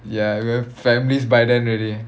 ya could have like reached by then already